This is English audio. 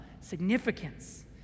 significance